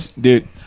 Dude